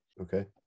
Okay